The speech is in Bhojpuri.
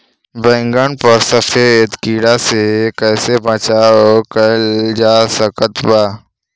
बैगन पर सफेद कीड़ा से कैसे बचाव कैल जा सकत बा?